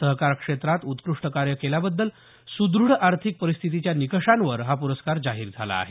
सहकार क्षेत्रात उत्कृष्ट कार्य केल्याबद्दल सद्रढ आर्थिक परिस्थितीच्या निकषांवर हा पुरस्कार जाहीर झाला आहे